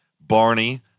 Barney